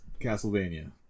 Castlevania